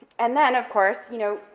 and then, of course, you know,